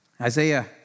Isaiah